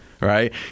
right